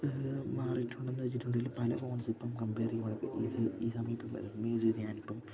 മാറിട്ടുണ്ടന്ന് വെച്ചിട്ടുണ്ടെങ്കില് പല ഫോൺസ് ഇപ്പം കംമ്പെയർ ചെയ്യുവാണെ ഇപ്പ ഇത് ഈ സമയം യൂസെയ്ത് ഞാനിപ്പം